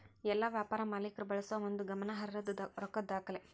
ಎಲ್ಲಾ ವ್ಯಾಪಾರ ಮಾಲೇಕ್ರ ಬಳಸೋ ಒಂದು ಗಮನಾರ್ಹದ್ದ ರೊಕ್ಕದ್ ದಾಖಲೆ